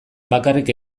bakarrik